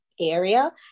area